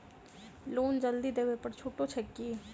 Loan जल्दी देबै पर छुटो छैक की?